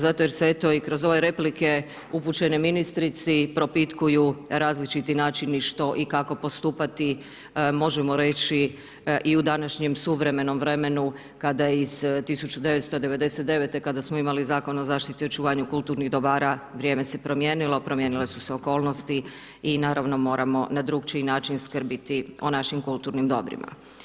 Zato jer se eto i kroz ove replike upućene ministrici propitkuju različiti načini što i kako postupati, možemo reći i u današnjem suvremenom vremenu kada iz 1999. kada smo imali Zakon o zaštiti i očuvanju kulturnih dobara, vrijeme se promijenilo, promijenile su se okolnosti i naravno moramo na drukčiji način skrbiti o našim kulturnim dobrima.